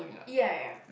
ya ya